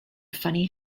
funny